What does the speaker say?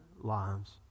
lives